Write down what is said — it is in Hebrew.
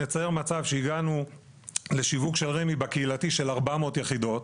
נצייר מצב שהגענו לשיווק של רמ"י בקהילתי של 400 יחידות,